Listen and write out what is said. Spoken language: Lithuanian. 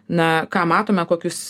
na ką matome kokius